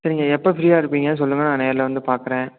சரி நீங்கள் எப்போ ஃப்ரீயாக இருப்பீங்க சொல்லுங்க நான் நேரில் வந்து பார்க்கறேன்